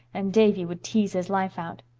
and davy would tease his life out.